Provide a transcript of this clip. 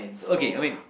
okay I mean